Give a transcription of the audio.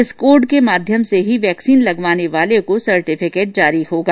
इस कोड के माध्यम से ही वैक्सीन लगवाने वाले को सर्टिफिकेट जारी होगा